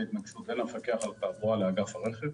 התנגשות בין המפקח על התעבורה לאגף הרכב.